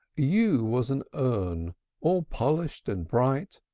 u was an urn all polished and bright,